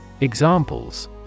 Examples